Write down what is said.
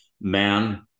man